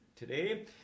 Today